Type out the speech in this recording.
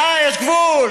די, יש גבול.